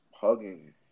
hugging